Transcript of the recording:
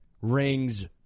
rings